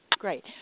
Great